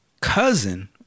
cousin